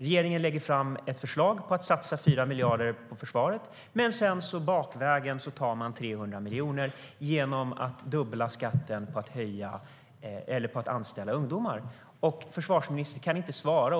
Regeringen lägger fram ett förslag om att satsa 4 miljarder på försvaret men tar sedan tillbaka 300 miljoner bakvägen genom att dubbla skatten på att anställa ungdomar. Försvarsministern kan inte svara.